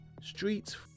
streets